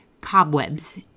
cobwebs